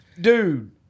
dude